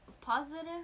positive